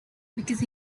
because